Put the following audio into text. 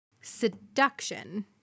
seduction